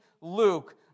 Luke